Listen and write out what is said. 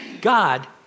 God